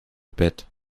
bett